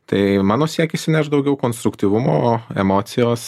tai mano siekis įnešt daugiau konstruktyvumo emocijos